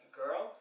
girl